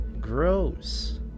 Gross